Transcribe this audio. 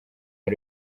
uwo